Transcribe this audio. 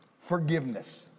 forgiveness